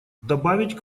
добавить